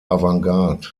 avantgarde